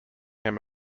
him